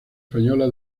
española